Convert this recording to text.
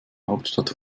hauptstadt